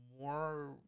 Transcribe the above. more